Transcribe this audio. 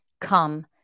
come